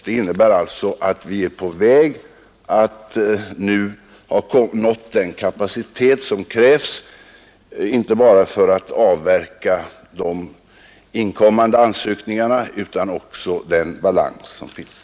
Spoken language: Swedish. Det innebär alltså att vi nu är på väg att nå den kapacitet som krävs, inte bara för att avverka de inkommande ansökningarna utan också den balans som finns.